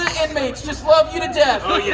inmates just love you to death. oh, yeah.